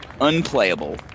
unplayable